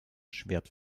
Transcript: schwert